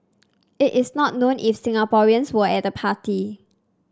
it is not known if Singaporeans were at the party